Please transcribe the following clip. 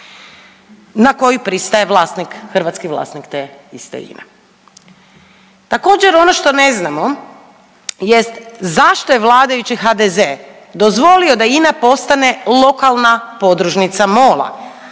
na koju pristaje vlasnik, hrvatski vlasnik te iste INA-e. Također, ono što ne znamo jest zašto je vladajući HDZ dozvolio da INA postane lokalna podružnica MOL-a,